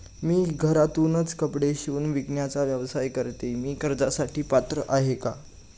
मी घरातूनच कपडे शिवून विकण्याचा व्यवसाय करते, मी कर्जासाठी पात्र आहे का?